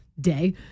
day